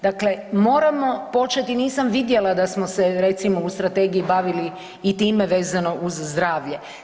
Dakle, moramo početi, nisam vidjela da smo se recimo u strategiji bavili i time vezano uz zdravlje.